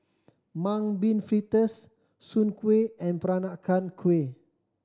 Mung Bean Fritters Soon Kuih and Peranakan Kueh